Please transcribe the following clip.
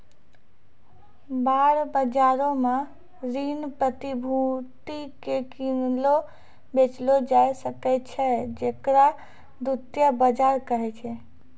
bond बजारो मे ऋण प्रतिभूति के किनलो बेचलो जाय सकै छै जेकरा द्वितीय बजार कहै छै